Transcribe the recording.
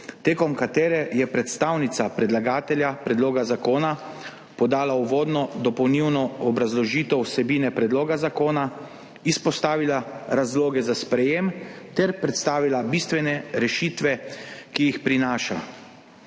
med katero je predstavnica predlagatelja predloga zakona podala uvodno dopolnilno obrazložitev vsebine predloga zakona, izpostavila razloge za sprejetje ter predstavila bistvene rešitve, ki jih prinaša.